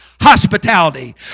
hospitality